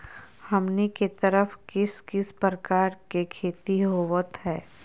हमनी के तरफ किस किस प्रकार के खेती होवत है?